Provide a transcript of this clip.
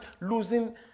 losing